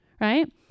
right